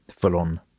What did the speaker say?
full-on